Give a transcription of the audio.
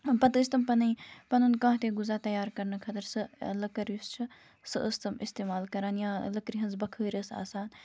پَتہٕ ٲسۍ تِم پَنٕنۍ پَنُن کانٛہہ تہِ غزا تیار کَرنہٕ خٲطرٕ سۄ لٔکٕر یُس چھِ سُہ ٲسۍ تِم اِستعمال کَران یا لٔکٕر ہٕنٛز بخٲرۍ ٲسۍ آسان